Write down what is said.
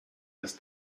des